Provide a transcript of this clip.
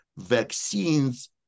vaccines